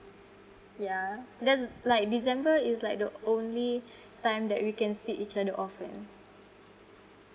yeah that's like december is like the only time that we can see each other often